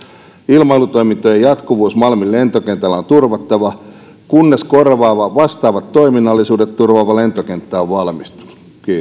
ilmailutoimintojen jatkuvuus malmin lentokentällä on turvattava kunnes korvaava vastaavat toiminnallisuudet turvaava lentokenttä on valmistunut